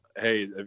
Hey